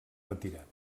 retirat